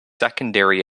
secondary